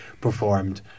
performed